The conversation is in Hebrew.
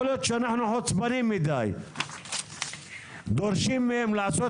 יכול להיות שאנחנו חוצפנים מדי ודורשים מהם לעשות